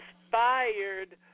inspired